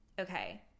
Okay